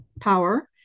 power